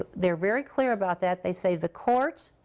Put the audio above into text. they're very clear about that. they say the court,